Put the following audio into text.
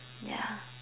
yeah